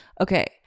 Okay